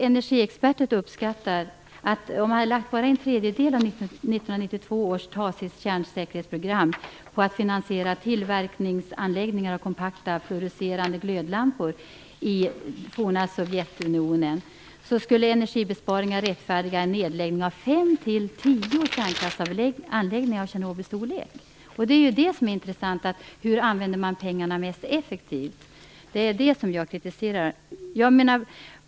Energiexperter har uppskattat att om man hade lagt bara en tredjedel av 1992 års TACIS-kärnsäkerhetsprogram på att finansiera tillverkningsanläggningar av kompakta flourescerande glödlampor i det forna Sovjetunionen, skulle energibesparingarna rättfärdiga en nedläggning av 5-10 Det är detta som är intressant - hur man använder pengarna mest effektivt. Jag är kritisk mot detta.